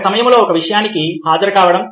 ఒక సమయంలో ఒక విషయానికి హాజరు కావడం